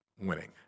winning